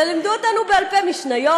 ולימדו אותנו בעל פה משניות,